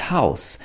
House